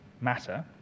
matter